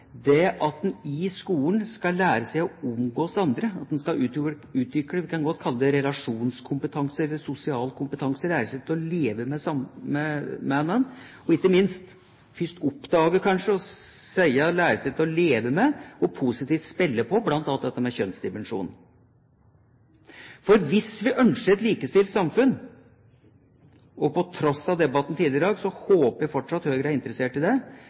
– at en i skolen skal lære seg å omgås andre, at en skal utvikle, vi kan godt kalle det, relasjonskompetanse eller sosial kompetanse, lære seg til å leve med hverandre, og ikke minst først kanskje oppdage og senere lære seg til å leve med og positivt spille på bl.a. dette med kjønnsdimensjon. For hvis vi ønsker et likestilt samfunn – og på tross av debatten tidligere i dag håper jeg fortsatt Høyre er interessert i det